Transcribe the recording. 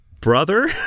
brother